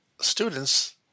students